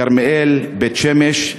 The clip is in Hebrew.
כרמיאל ובית-שמש,